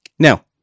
Now